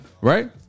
Right